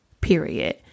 period